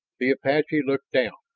the apache looked down.